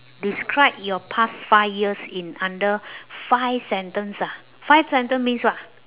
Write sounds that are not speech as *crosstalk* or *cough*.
describe your past five years in under *breath* five sentence ah five sentence means what